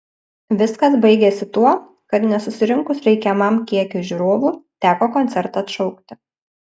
viskas baigėsi tuo kad nesusirinkus reikiamam kiekiui žiūrovų teko koncertą atšaukti